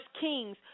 Kings